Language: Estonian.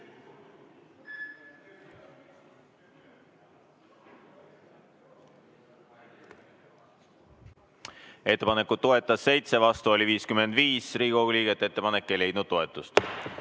Ettepanekut toetas 7, vastu oli 55 Riigikogu liiget. Ettepanek ei leidnud toetust.